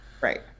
Right